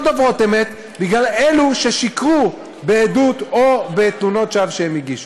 דוברות אמת בגלל אלו ששיקרו בעדות או בתלונות שווא שהן הגישו.